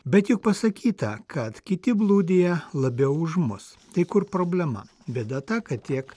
bet juk pasakyta kad kiti blūdija labiau už mus tai kur problema bėda ta kad tiek